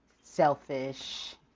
selfish